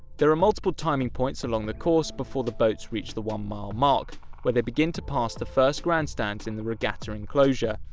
there are multiple timing points along the course before the boats reach the one mile mark where they begin to pass the first grandstands in the regatta enclosure.